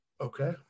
Okay